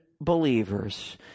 believers